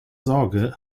sorge